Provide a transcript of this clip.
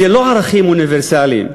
זה לא ערכים אוניברסליים.